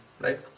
Right